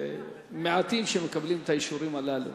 מעטים מקבלים את האישורים הללו.